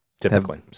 Typically